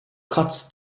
cuts